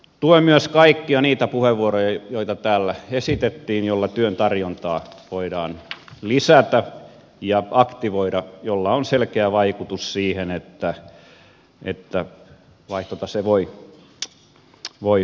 tuen myös kaikkia niitä puheenvuoroja joita täällä esitettiin joilla työn tarjontaa voidaan lisätä ja aktivoida millä on selkeä vaikutus siihen että vaihtotase voi parantua